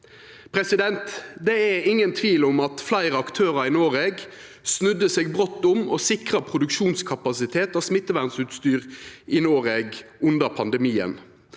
vår. Det er ingen tvil om at fleire aktørar i Noreg snudde seg brått om og sikra produksjonskapasitet for smittevernutstyr i Noreg under pandemien.